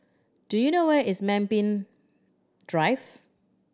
do you know where is Pemimpin Drive